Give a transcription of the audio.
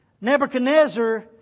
Nebuchadnezzar